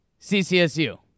CCSU